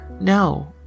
No